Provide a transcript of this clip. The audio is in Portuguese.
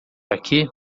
aqui